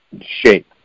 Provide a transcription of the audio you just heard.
shape